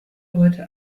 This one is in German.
heute